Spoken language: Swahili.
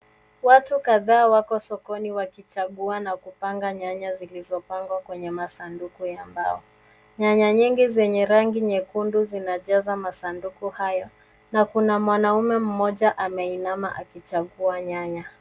Watu kadhaa wako sokoni wakichagua na kupanga nyanya zilizo pangwa kwenye masanduku ya mbao .Nyanya nyingi zenye rangi nyekundu zinajaza masanduku hayo na kuna mwanaume mmoja ameinama akichagua nyanya.